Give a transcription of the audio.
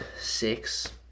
six